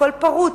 הכול פרוץ,